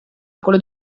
quello